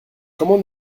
comment